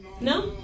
No